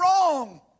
wrong